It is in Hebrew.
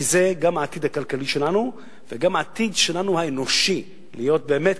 כי זה גם העתיד הכלכלי שלנו וגם העתיד האנושי שלנו: להיות באמת,